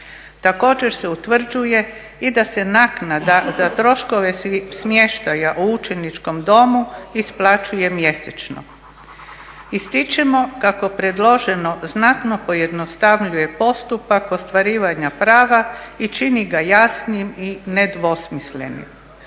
Također se utvrđuje i da se naknada za troškove smještaja u učeničkom domu isplaćuje mjesečno. Ističemo kako predloženo znatno pojednostavljuje postupak ostvarivanja prava i čini ga jasnim i nedvosmislenim.